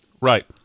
right